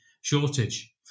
shortage